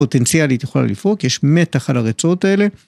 פוטנציאלית יכולה לפרוק, יש מתח על הרצועות האלה.